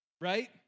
right